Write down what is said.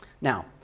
Now